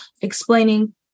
explaining